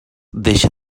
deixa